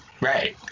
Right